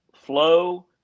flow